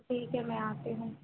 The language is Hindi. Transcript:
ठीक है मैं आती हूँ